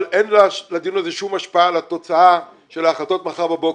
אבל אין לדיון הזה שום השפעה על התוצאה של ההחלטות מחר בבוקר.